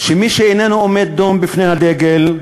שמי שאיננו עומד דום בפני הדגל,